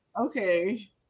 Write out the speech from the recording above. Okay